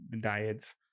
diets